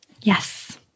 Yes